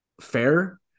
fair